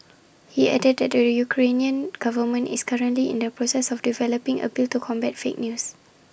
he added that the Ukrainian government is currently in the process of developing A bill to combat fake news